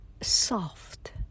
soft